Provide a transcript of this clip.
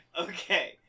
Okay